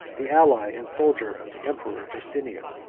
the ally and soldier of the emperor justinian.